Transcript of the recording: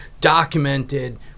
documented